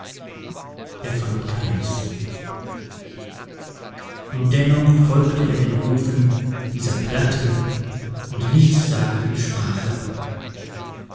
er fand keines und dennoch folgte er den rufen dieser platten und nichtssagenden sprache